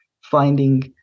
finding